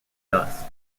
dust